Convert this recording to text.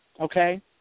okay